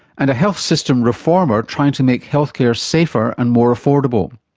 and a health system reformer trying to make healthcare safer and more affordable.